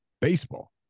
baseball